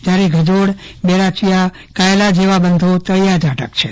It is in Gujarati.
જ્યારે ગજોડ બેરાચીયા કાયલા જેવા બંધો તળીયા ઝાટક છે